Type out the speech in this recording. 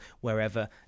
wherever